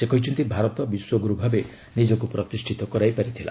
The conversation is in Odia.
ସେ କହିଛନ୍ତି ଭାରତ ବିଶ୍ୱଗୁରୁ ଭାବେ ନିଜକୁ ପ୍ରତିଷ୍ଠିତ କରାଇପାରିଥିଲା